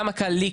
כמה קל לי,